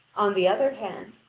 on the other hand,